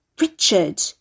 Richard